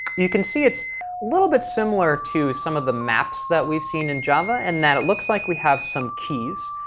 you can see it's a little bit similar to some of the maps that we've seen in java and that it looks like we have some keys,